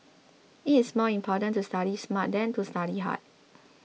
it is more important to study smart than to study hard